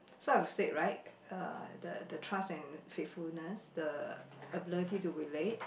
so I've said right uh the the trust and faithfulness the ability to relate